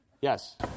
Yes